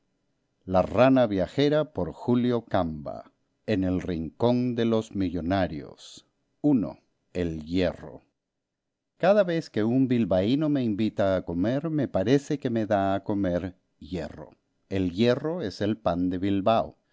los empleados en el rincón de los millonarios i el hierro cada vez que un bilbaíno me invita a comer me parece que me da a comer hierro el hierro es el pan de bilbao